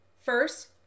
First